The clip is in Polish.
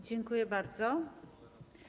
Dziękuję bardzo.